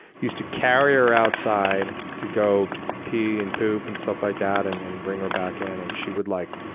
used to carry her outside to go pee and poop and stuff like that and and bring her back in. and she would like